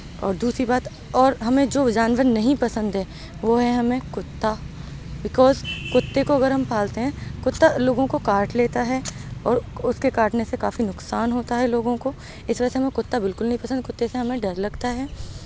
اور دوسری بات اور ہمیں جو جانور نہیں پسند ہیں وہ ہیں ہمیں کتا بکوز کتے کو اگر ہم پالتے ہیں کتا لوگوں کو کاٹ لیتا ہے اور اس کے کاٹنے سے کافی نقصان ہوتا ہے لوگوں کو اس وجہ سے ہمیں کتا بالکل نہیں پسند کتے سے ہمیں ڈر لگتا ہے